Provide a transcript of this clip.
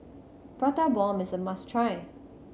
Prata Bomb is a must try